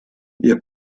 wir